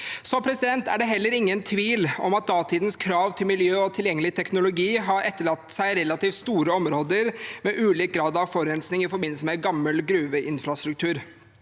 i landet. Det er heller ingen tvil om at datidens krav til miljø og tilgjengelig teknologi har etterlatt seg relativt store områder med ulik grad av forurensning i forbindelse med gammel gruveinfrastruktur.